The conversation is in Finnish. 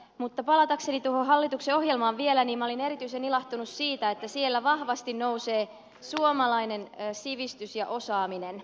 mutta palatakseni tuohon hallituksen ohjelmaan vielä niin minä olin erityisen ilahtunut siitä että siellä vahvasti nousee suomalainen sivistys ja osaaminen